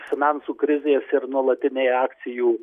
finansų krizės ir nuolatiniai akcijų